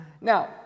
Now